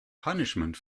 punishment